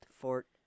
Fort